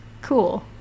Cool